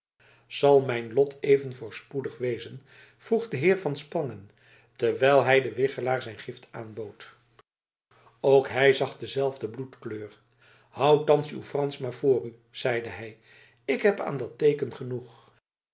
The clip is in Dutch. zal mijn lot even voorspoedig wezen vroeg de heer van spangen terwijl hij den wichelaar zijn gift aanbood ook hij zag dezelfde bloedkleur hou thans uw fransch maar voor u zeide hij ik heb aan dat teeken genoeg